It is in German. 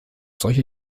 solche